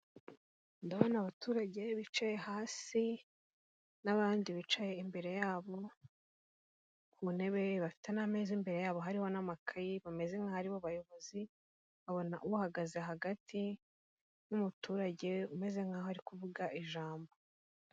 Ndabona abaturage bicaye hasi n'abandi bicaye imbere yabo ku ntebe n'ameza imbere yabo harimo n'amakayi bameze nk'abo abayobozi babona uhagaze hagati n'umuturage umeze nkho ari kuvuga ijambo.